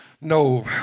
no